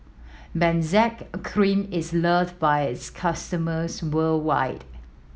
Benzac Cream is loved by its customers worldwide